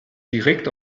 direkt